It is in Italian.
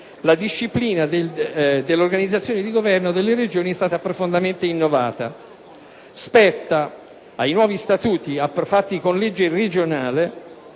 la disciplina dell'organizzazione di governo delle Regioni è stata profondamente innovata. Spetta ora ai nuovi statuti, approvati con legge regionale,